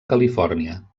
califòrnia